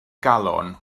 galon